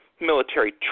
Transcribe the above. Military